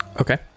Okay